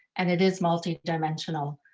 and it is multi-dimensional,